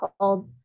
called